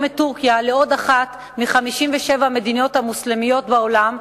את טורקיה לעוד אחת מ-57 מדינות מוסלמיות בעולם,